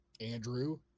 Andrew